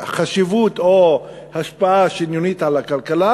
חשיבות או השפעה שוויונית על הכלכלה,